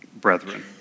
brethren